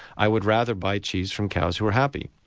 i would rather buy cheese from cows who are happy.